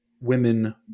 women